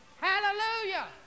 Hallelujah